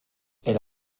elle